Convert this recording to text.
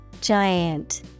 Giant